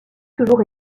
toujours